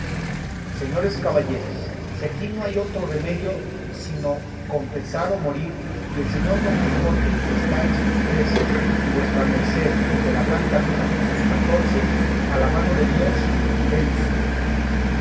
señores caballeros si aquí no hay otro remedio sino confesar o morir y el señor don quijote está en sus trece y vuestra merced el de la blanca luna en sus catorce a la mano de dios y dense